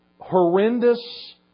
horrendous